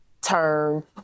turn